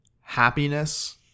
happiness